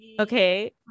okay